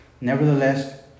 Nevertheless